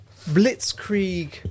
Blitzkrieg